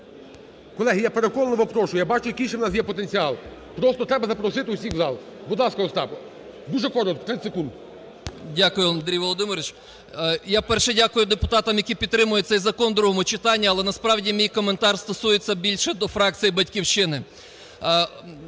Колеги, я переконливо прошу, я бачу, який ще в нас є потенціал. Просто треба запросити усіх в зал. Будь ласка, Остапе, дуже коротко. 30 секунд. 10:24:35 СЕМЕРАК О.М. Дякую, Андрій Володимирович. Я, перше, дякую депутатам, які підтримують цей закон в другому читанні. Але насправді мій коментар стосується більше до фракції "Батьківщина".